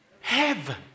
heaven